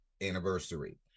anniversary